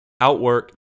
outwork